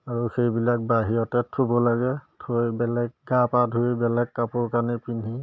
আৰু সেইবিলাক বাহিৰতে থ'ব লাগে থৈ বেলেগ গা পা ধুই বেলেগ কাপোৰ কানি পিন্ধি